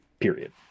period